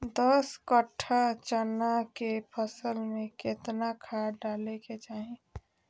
दस कट्ठा चना के फसल में कितना खाद डालें के चाहि?